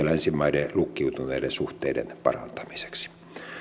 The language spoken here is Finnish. länsimaiden lukkiutuneiden suhteiden parantamiseksi